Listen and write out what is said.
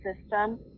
system